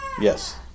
yes